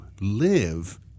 live